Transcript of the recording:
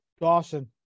Dawson